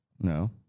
No